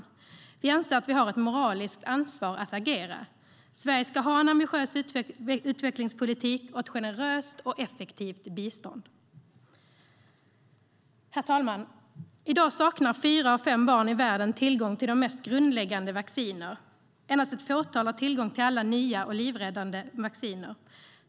Vi anser att vi har ett moraliskt ansvar att agera. Sverige ska ha en ambitiös utvecklingspolitik och ett generöst och effektivt bistånd. Herr talman! I dag saknar fyra av fem barn i världen tillgång till de mest grundläggande vacciner. Endast ett fåtal har tillgång till alla nya och livräddande vacciner.